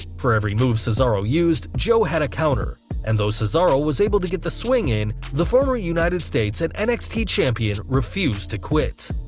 for every move cesaro used, joe had a counter, and though so cesaro was able to get the swing in, the former united states and nxt champion refused to quit.